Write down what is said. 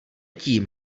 tím